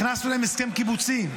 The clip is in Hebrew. הכנסנו להם הסכם קיבוצי.